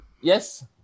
Yes